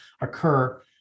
occur